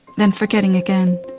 then forgetting again.